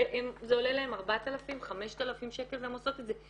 וזה עולה להן 5000-4000 שקל והן עושות את זה.